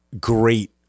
great